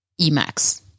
Emax